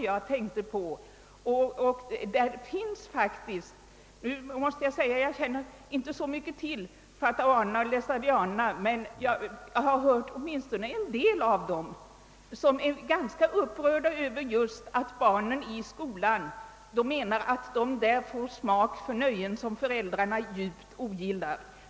Jag känner inte till schartauanerna och lzstadianerna, men jag har hört att åtminstone en del av dem är ganska upprörda just över att barnen i skolan får smak för nöjen som föräldrarna djupt ogillar.